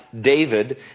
David